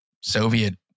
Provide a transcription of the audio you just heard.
Soviet